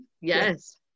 yes